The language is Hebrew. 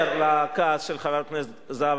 חבר הכנסת עפו